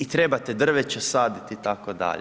I trebate drveće saditi itd.